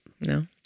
No